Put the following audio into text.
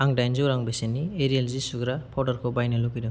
आं दाइनजौ रां बेसेननि एरियेल जि सुग्रा पाउडारखौ बायनो लुबैदों